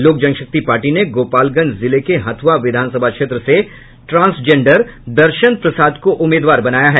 लोक जनशक्ति पार्टी ने गोपालगंज जिले के हथुआ विधानसभा क्षेत्र से ट्रांसजेंडर दर्शन प्रसाद को उम्मीदवार बनाया है